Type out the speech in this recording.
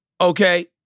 okay